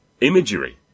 imagery